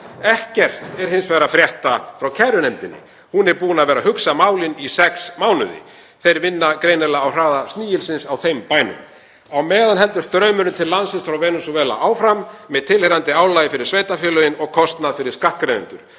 Ekkert er hins vegar að frétta frá kærunefndinni. Hún er búin að vera að hugsa málin í sex mánuði. Þeir vinna greinilega á hraða snigilsins á þeim bænum. Á meðan heldur straumurinn til landsins frá Venesúela áfram með tilheyrandi álagi fyrir sveitarfélögin og kostnaði fyrir skattgreiðendur.